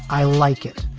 i like it,